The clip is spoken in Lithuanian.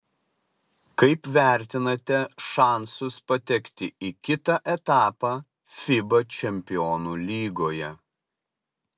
kaip vertinate šansus patekti į kitą etapą fiba čempionų lygoje